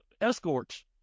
escorts